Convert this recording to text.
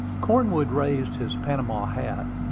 cornwood raised his panama hat,